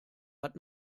hat